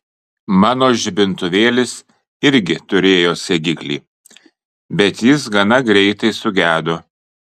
mano žibintuvėlis irgi turėjo segiklį bet jis gana greitai sugedo